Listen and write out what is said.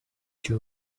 two